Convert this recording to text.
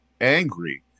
angry